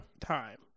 time